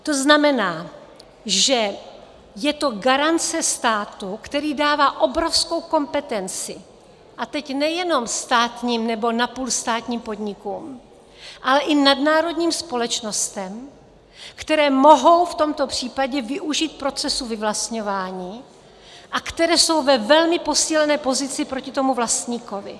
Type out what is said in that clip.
To znamená, že je to garance státu, který dává obrovskou kompetenci, a teď nejenom státním nebo napůl státním podnikům, ale i nadnárodním společnostem, které mohou v tomto případě využít procesu vyvlastňování a které jsou ve velmi posílené pozici proti vlastníkovi.